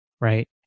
right